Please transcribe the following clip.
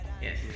Yes